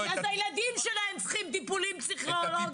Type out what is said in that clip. הילדים שלהם צריכים טיפולים פסיכולוגיים.